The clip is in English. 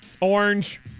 Orange